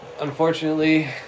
unfortunately